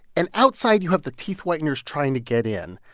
and outside, you have the teeth whiteners trying to get in.